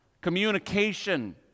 communication